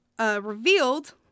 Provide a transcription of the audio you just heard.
revealed